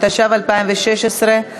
התשע"ו 2016,